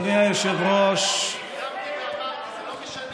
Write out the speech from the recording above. אדוני היושב-ראש, הקדמתי ואמרתי: זה לא משנה.